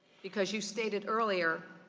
because you stated earlier,